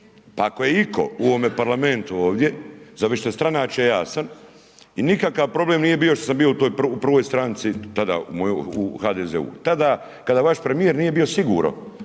pa ako je itko u ovome parlamentu, ovdje, za višestranačje, ja sam i nikakav problem nije bio što sam bio u toj prvoj stranci, tada u HDZ-u. Tada kada vaš premjer nije bio